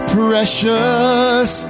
precious